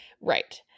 Right